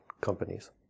companies